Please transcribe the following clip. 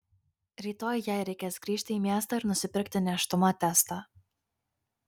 rytoj jai reikės grįžti į miestą ir nusipirkti nėštumo testą